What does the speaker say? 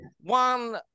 one